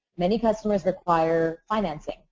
many customers require financing.